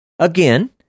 Again